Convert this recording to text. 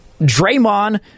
Draymond